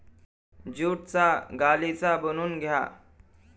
ज्यूटचा गालिचा बनवून घ्या